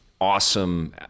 awesome